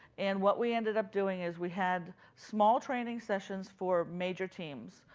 and what we ended up doing is we had small training sessions for major teams.